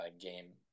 game